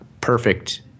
perfect